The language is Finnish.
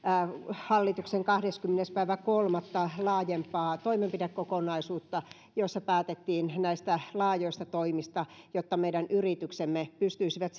hallituksen kahdeskymmenes kolmatta päättämää laajempaa toimenpidekokonaisuutta jossa päätettiin näistä laajoista toimista jotta meidän yrityksemme pystyisivät